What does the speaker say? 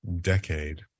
decade